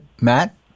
Matt